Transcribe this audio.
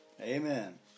Amen